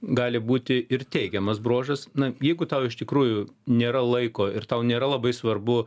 gali būti ir teigiamas bruožas na jeigu tau iš tikrųjų nėra laiko ir tau nėra labai svarbu